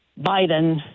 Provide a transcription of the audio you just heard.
Biden